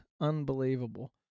Unbelievable